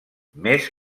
més